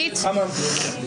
למה שנאמר פה בתחילת הדיון.